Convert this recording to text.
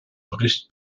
bericht